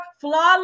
flawless